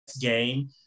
game